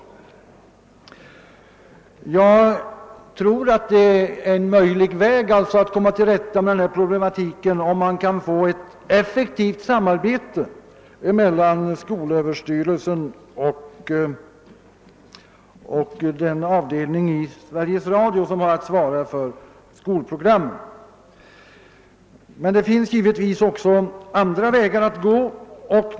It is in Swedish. En möjlig väg att komma till rätta med problemen tror jag är att ett effektivt samarbete etableras mellan skolöverstyrelsen och den avdelning inom Sveriges Radio som svarar för skolprogrammen. Men det finns givetvis också andra vägar att gå.